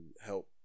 help